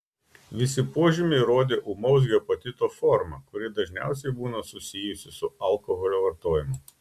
visi požymiai rodė ūmaus hepatito formą kuri dažniausiai būna susijusi su alkoholio vartojimu